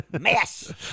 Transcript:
Mess